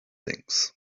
things